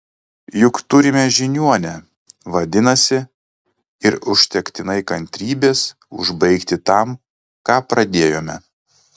juk turime žiniuonę vadinasi ir užtektinai kantrybės užbaigti tam ką pradėjome